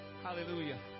Hallelujah